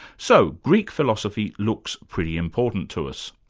so greek philosophy looks pretty important to us.